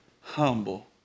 humble